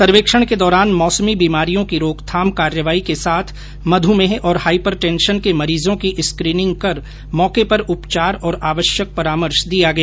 सर्वेक्षण के दौरान मौसमी बीमारियों की रोकथाम कार्यवाही के साथ मध्मेह और हाईपरटेंशन के मरीजों की स्क्रीनिंग कर मौके पर उपचार और आवश्यक परामर्श दिया गया